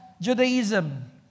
Judaism